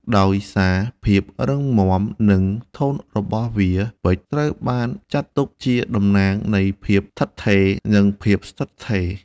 ដោយសារភាពរឹងមាំ និងធន់របស់វា ពេជ្រត្រូវបានចាត់ទុកជាតំណាងនៃភាពឋិតថេរ និងភាពស្ថិតស្ថេរ។